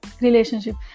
relationship